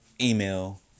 email